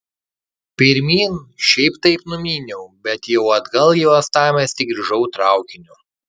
pirmyn šiaip taip numyniau bet jau atgal į uostamiestį grįžau traukiniu